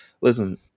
listen